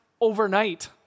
overnight